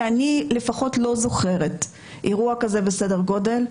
ולפחות אני לא זוכרת אירוע בסדר גודל כזה.